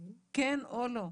כן או לא.